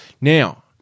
Now